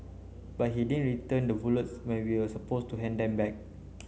but he didn't return the bullets when we are supposed to hand them back